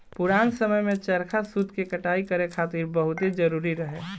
पुरान समय में चरखा सूत के कटाई करे खातिर बहुते जरुरी रहे